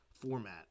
format